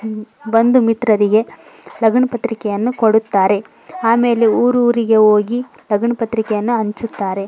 ಬಂಧು ಮಿತ್ರರಿಗೆ ಲಗ್ನಪತ್ರಿಕೆಯನ್ನು ಕೊಡುತ್ತಾರೆ ಆಮೇಲೆ ಊರೂರಿಗೆ ಹೋಗಿ ಲಗ್ನಪತ್ರಿಕೆಯನ್ನು ಹಂಚುತ್ತಾರೆ